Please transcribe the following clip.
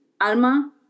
alma